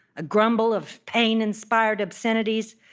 a grumble of pain-inspired obscenities,